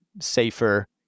safer